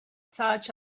such